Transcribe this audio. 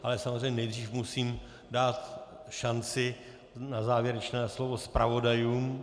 Ale samozřejmě nejdřív musím dát šanci na závěrečné slovo zpravodajům.